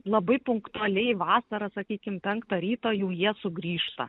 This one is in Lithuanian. labai punktualiai vasarą sakykim penktą ryto jau jie sugrįžta